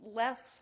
less